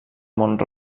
mont